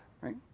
right